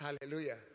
Hallelujah